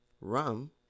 rum